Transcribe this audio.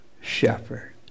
shepherd